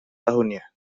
tahunnya